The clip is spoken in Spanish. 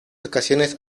ocasiones